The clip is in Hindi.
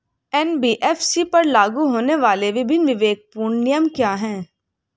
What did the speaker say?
एन.बी.एफ.सी पर लागू होने वाले विभिन्न विवेकपूर्ण नियम क्या हैं?